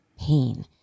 pain